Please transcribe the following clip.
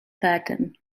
werden